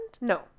no